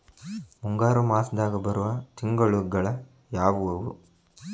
ಮುಂಗಾರು ಮಾಸದಾಗ ಬರುವ ತಿಂಗಳುಗಳ ಯಾವವು?